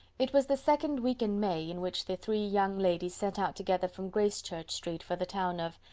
it was the second week in may, in which the three young ladies set out together from gracechurch street for the town of,